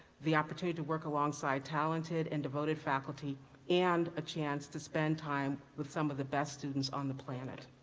the opportunity to work along side talented and devoted faculty and a chance to spend time with some of the best students on the planet